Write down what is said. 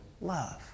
love